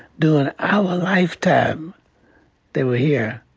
during our lifetime they were here.